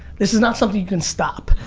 this is not something you can stop.